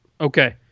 Okay